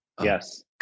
Yes